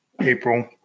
April